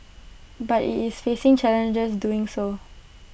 but IT is facing challenges doing so